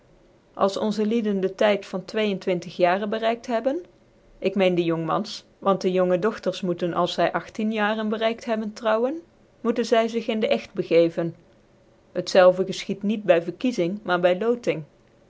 als onze ticden den tyd van twee cn twintig jaren bereikt hebben ik meen dc jongmans want de jonge dogters moeten als zr agticn jaren bereikt hebben trouwen moeten zy zig in den echt begeven het zelve gefchied niet by verkiezing maar by